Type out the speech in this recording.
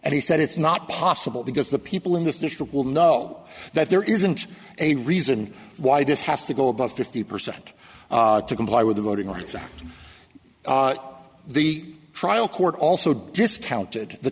and he said it's not possible because the people in this district will know that there isn't a reason why this has to go above fifty percent to comply with the voting rights act the trial court also discounted the